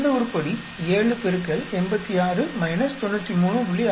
இந்த உருப்படி 7 X 86 93